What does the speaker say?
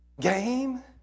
Game